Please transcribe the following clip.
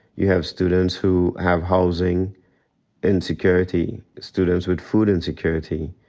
you have students who have housing insecurity, students with food insecurity.